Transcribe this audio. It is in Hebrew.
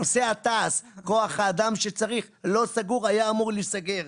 נושא כוח האדם שצריך, לא סגור, היה אמור להסגר.